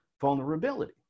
vulnerability